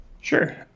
Sure